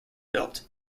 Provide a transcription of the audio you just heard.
built